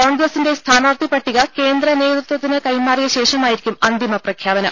കോൺഗ്രസിന്റെ സ്ഥാനാർത്ഥി പട്ടിക കേന്ദ്ര നേതൃത്വത്തിന് കൈമാറിയ ശേഷമായിരിക്കും അന്തിമ പ്രഖ്യാപനം